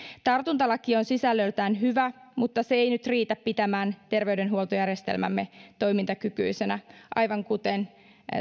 tartuntatautilaki on sisällöltään hyvä mutta se ei nyt riitä pitämään terveydenhuoltojärjestelmäämme toimintakykyisenä aivan kuten